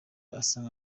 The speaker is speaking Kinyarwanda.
asanga